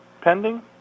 pending